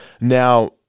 now